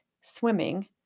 swimming